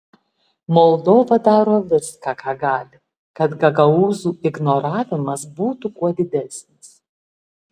moldova daro viską ką gali kad gagaūzų ignoravimas būtų kuo didesnis